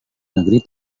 negeri